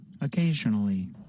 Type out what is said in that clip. occasionally